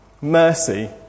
Mercy